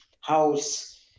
house